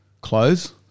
close